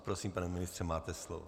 Prosím, pane ministře, máte slovo.